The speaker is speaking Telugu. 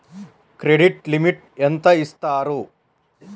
క్రెడిట్ లిమిట్ ఎంత ఇస్తారు?